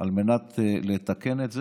על מנת לתקן את זה,